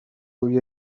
روی